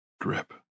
drip